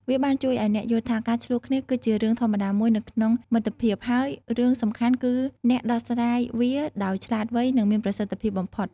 វាបានជួយឱ្យអ្នកយល់ថា ការឈ្លោះគ្នាគឺជារឿងធម្មតាមួយនៅក្នុងមិត្តភាព ហើយរឿងសំខាន់គឺអ្នកដោះស្រាយវាដោយឆ្លាតវៃនិងមានប្រសិទ្ធភាពបំផុត។